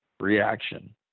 reaction